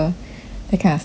that kind of stuff will do